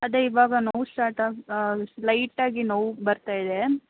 ಅದೇ ಇವಾಗ ನೋವು ಸ್ಟಾರ್ಟಾಗಿ ಲೈಟಾಗಿ ನೋವು ಬರ್ತಾ ಇದೆ